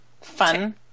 Fun